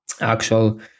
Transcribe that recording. actual